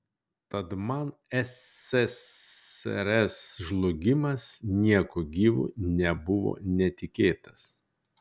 tad man ssrs žlugimas nieku gyvu nebuvo netikėtas